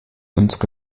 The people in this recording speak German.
unsere